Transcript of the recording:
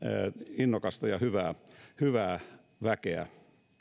innokasta ja hyvää hyvää väkeä